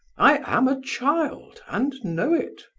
i am a child, and know it.